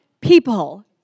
people